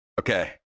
Okay